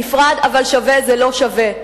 נפרד אבל שווה זה לא שווה.